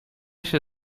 się